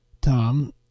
Tom